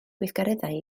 gweithgareddau